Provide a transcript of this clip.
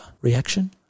reaction